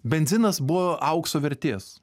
benzinas buvo aukso vertės